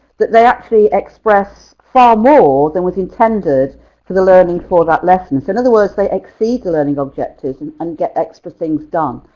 that they actually express far more than what's intended for the learning for that lesson. so in other words, they exceed the learning objectives and and get extra things done.